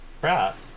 crap